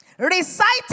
Reciting